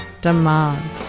demand